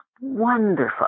wonderful